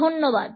ধন্যবাদ